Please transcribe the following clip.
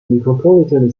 micropolitan